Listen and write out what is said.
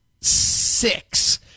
six